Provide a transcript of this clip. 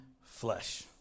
flesh